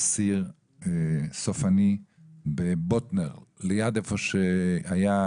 סעיף 21 עוסק בזה שההענקות,